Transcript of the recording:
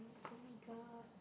oh-my-god